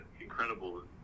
incredible